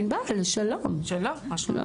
שלום.